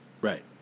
right